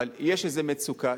אבל יש איזה מצוקה,